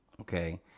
okay